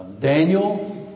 Daniel